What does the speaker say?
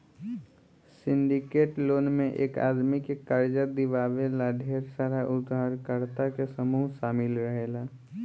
syndicate loan में एक आदमी के कर्जा दिवावे ला ढेर सारा उधारकर्ता के समूह शामिल रहेला